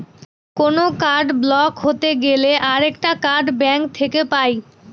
কোনো card block হতে গেলে আরেকটা কার্ড ব্যাঙ্ক থেকে পাই